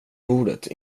bordet